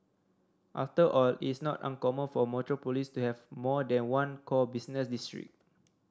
after all it's not uncommon for metropolis to have more than one core business district